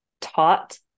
taught